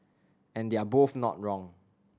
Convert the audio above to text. and they're both not wrong